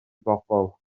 bobol